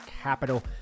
Capital